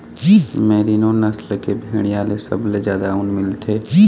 merino नसल के भेड़िया ले सबले जादा ऊन मिलथे